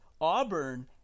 Auburn